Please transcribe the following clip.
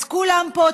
אז כולם פה,